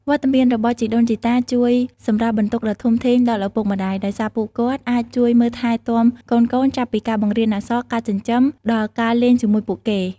វត្តមានរបស់ជីដូនជីតាជួយសម្រាលបន្ទុកដ៏ធំធេងដល់ឪពុកម្តាយ ដោយសារពួកគាត់អាចជួយមើលថែទាំកូនៗ ចាប់ពីការបង្រៀនអក្សរ ការចិញ្ចឹម ដល់ការលេងជាមួយពួកគេ។